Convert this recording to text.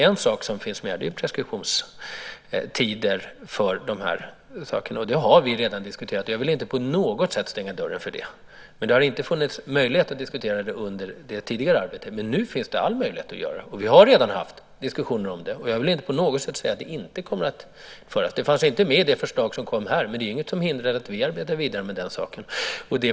En sak som finns med här är preskriptionstider för de här sakerna, och det har vi redan diskuterat. Jag vill inte på något sätt stänga dörren för det. Det har inte funnits möjlighet att diskutera det under det tidigare arbetet, men nu finns det alla möjligheter att göra det. Vi har redan haft diskussioner om det. Jag vill inte på något sätt säga att det inte kommer att föras. Det fanns inte med i det förslag som kom här, men det är inget som hindrar att vi arbetar vidare med den saken.